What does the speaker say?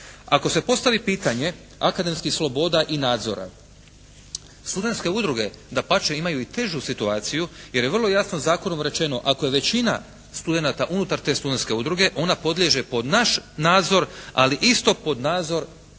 Ako se postavi pitanje akademskih sloboda i nadzora, studenske udruge dapače imaju i težu situaciju jer je vrlo jasno zakonom rečeno ako je većina studenata unutar te studenske udruge ona podliježe pod naš nadzor ali isto pod nadzor